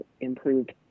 improved